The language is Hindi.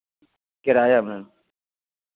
किराया मैम